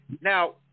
Now